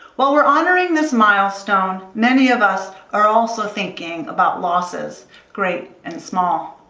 while we're honoring this milestone, many of us are also thinking about losses great and small.